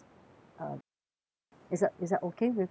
um you know is that is that okay with you